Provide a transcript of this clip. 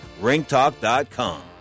ringtalk.com